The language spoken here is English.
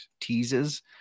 teases